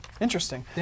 Interesting